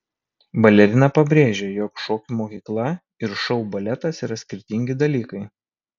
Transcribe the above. balerina pabrėžė jog šokių mokykla ir šou baletas yra skirtingi dalykai